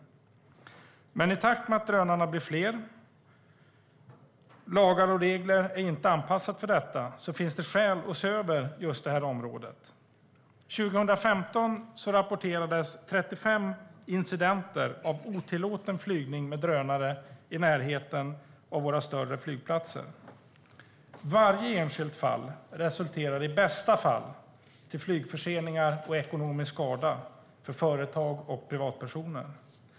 I takt med att drönarna blir allt fler och med tanke på att lagar och regler inte är anpassade för detta finns det dock skäl att se över området. År 2015 rapporterades 35 incidenter av otillåten flygning med drönare i närheten av våra större flygplatser. Varje enskilt fall resulterar i bästa fall till flygförseningar och ekonomisk skada för företag och privatpersoner.